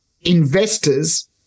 investors